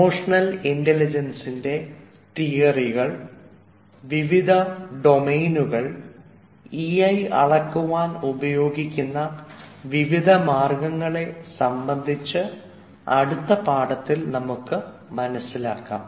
emotional ഇൻറലിജൻസിൻറെ വിവിധ തിയറികൾ അതിൻറെ വിവിധ ഡൊമെയ്നുകൾ ഇ ഐ EI അളക്കുവാൻ ഉപയോഗിക്കുന്ന വിവിധ മാർഗ്ഗങ്ങളെ സംബന്ധിച്ച് അടുത്ത പാഠത്തിൽ മനസ്സിലാക്കാം